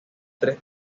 tres